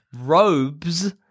Robes